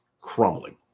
crumbling